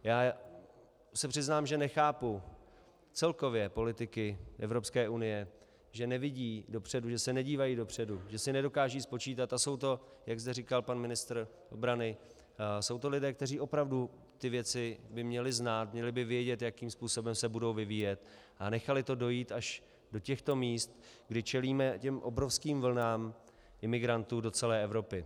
Já se přiznám, že nechápu celkově politiky Evropské unie, že nevidí dopředu, že se nedívají dopředu, že si nedokážou spočítat a jsou to, jak zde říkal pan ministr obrany, jsou to lidé, kteří opravdu ty věci by měli znát, měli by vědět, jakým způsobem se budou vyvíjet, a nechali to dojít až do těchto míst, kdy čelíme těm obrovským vlnám imigrantů do celé Evropy.